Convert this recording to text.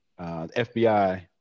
FBI